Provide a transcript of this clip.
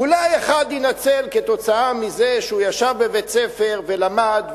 אולי אחד יינצל כתוצאה מזה שהוא ישב בבית-ספר ולמד,